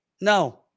No